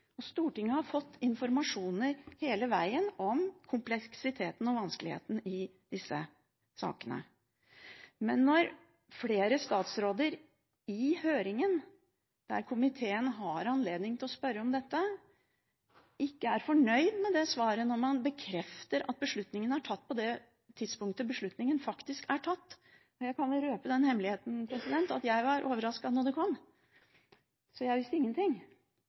til. Stortinget har fått informasjon hele vegen om kompleksiteten og vanskeligheten i disse sakene. Men når flere statsråder i høringen, der komiteen har anledning til å spørre om dette, ikke er fornøyd med svaret når man bekrefter at beslutningen er tatt på det tidspunktet den faktisk er tatt – jeg kan røpe den hemmeligheten at jeg ble overrasket da det kom, så jeg visste ingenting